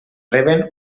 reben